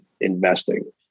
investing